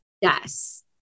Yes